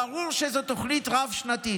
ברור שזו תוכנית רב-שנתית,